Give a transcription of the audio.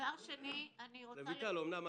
רויטל לן כהן,